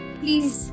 please